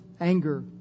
anger